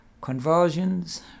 convulsions